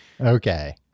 Okay